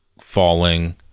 falling